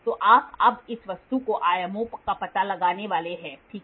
तो अब आप इस वस्तु के आयामों का पता लगाने वाले हैं ठीक है